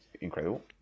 Incredible